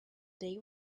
day